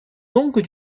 donc